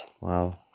Wow